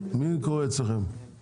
מי קורא אצלכם?